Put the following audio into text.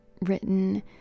written